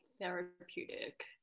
therapeutic